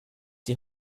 die